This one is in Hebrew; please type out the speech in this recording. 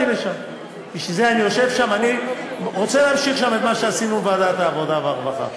אני רוצה להרחיב את השאלה,